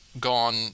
gone